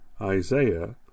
Isaiah